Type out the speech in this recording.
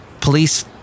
Police